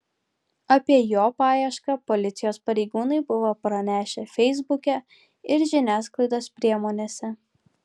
apie jo paiešką policijos pareigūnai buvo pranešę feisbuke ir žiniasklaidos priemonėse